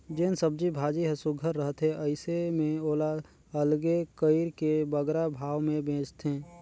जेन सब्जी भाजी हर सुग्घर रहथे अइसे में ओला अलगे कइर के बगरा भाव में बेंचथें